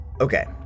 Okay